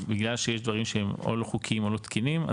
בגלל שיש דברים שהם או לא חוקיים או לא תקינים,